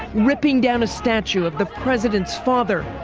ripping down a statue of the president's father,